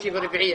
שלישי ורביעי,